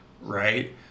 Right